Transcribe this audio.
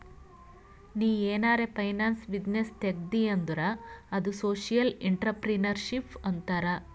ನೀ ಏನಾರೆ finance business ತೆಗ್ದಿ ಅಂದುರ್ ಅದು ಸೋಶಿಯಲ್ ಇಂಟ್ರಪ್ರಿನರ್ಶಿಪ್ ಅಂತಾರ್